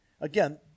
Again